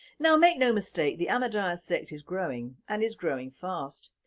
now make no mistake the ahmadiyya sect is growing and is growing fast,